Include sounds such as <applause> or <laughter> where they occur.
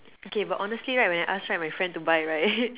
okay but honestly right when I ask right my friend to buy right <laughs>